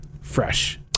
fresh